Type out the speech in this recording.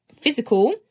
physical